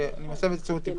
אני מסב את תשומת לבכם.